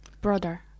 Brother